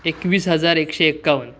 एकवीस हजार एकशे एकावन्न